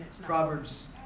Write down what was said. Proverbs